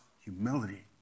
humility